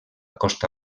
costa